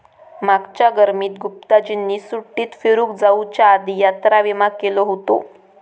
मागच्या गर्मीत गुप्ताजींनी सुट्टीत फिरूक जाउच्या आधी यात्रा विमा केलो हुतो